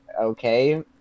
okay